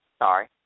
Sorry